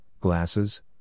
glasses